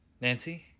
Nancy